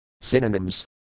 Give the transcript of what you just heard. Synonyms